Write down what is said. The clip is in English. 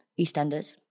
EastEnders